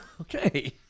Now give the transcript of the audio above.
Okay